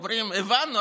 אומרים: הבנו,